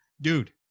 dude